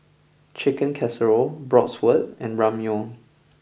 Chicken Casserole Bratwurst and Ramyeon